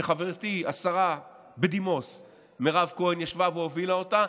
שחברתי השרה בדימוס מירב כהן ישבה והובילה אותה,